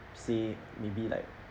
save maybe like